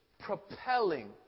propelling